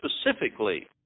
specifically